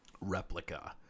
Replica